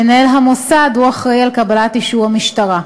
מנהל המוסד הוא האחראי לקבלת אישור המשטרה.